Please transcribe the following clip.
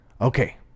okay